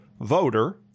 voter